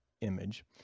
image